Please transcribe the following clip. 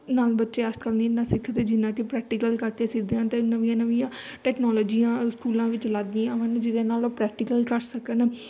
ਨਾਲ ਬੱਚੇ ਅੱਜ ਕੱਲ੍ਹ ਨਹੀਂ ਇੰਨਾ ਸਿੱਖਦੇ ਜਿੰਨਾ ਕਿ ਪ੍ਰੈਕਟੀਕਲ ਕਰਕੇ ਸਿੱਖਦੇ ਹਨ ਅਤੇ ਨਵੀਆਂ ਨਵੀਆਂ ਟੈਕਨੋਲੋਜੀਆਂ ਸਕੂਲਾਂ ਵਿੱਚ ਲੱਗ ਗਈਆਂ ਹਨ ਜਿਹਦੇ ਨਾਲ ਉਹ ਪ੍ਰੈਕਟੀਕਲ ਕਰ ਸਕਣ